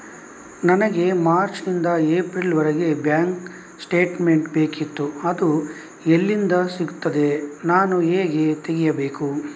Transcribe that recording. ನನಗೆ ಮಾರ್ಚ್ ನಿಂದ ಏಪ್ರಿಲ್ ವರೆಗೆ ಬ್ಯಾಂಕ್ ಸ್ಟೇಟ್ಮೆಂಟ್ ಬೇಕಿತ್ತು ಅದು ಎಲ್ಲಿಂದ ಸಿಗುತ್ತದೆ ನಾನು ಹೇಗೆ ತೆಗೆಯಬೇಕು?